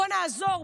בואו נעזור,